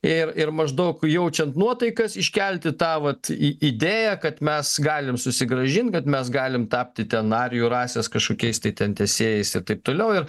ir ir maždaug jaučiant nuotaikas iškelti tą vat į idėją kad mes galim susigrąžint kad mes galim tapti ten arijų rasės kažkokiais tai ten tęsėjais ir taip toliau ir